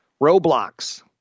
Roblox